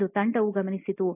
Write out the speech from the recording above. ಎಂದು ತಂಡವು ಗಮನಿಸಿತು